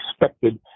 expected